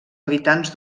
habitants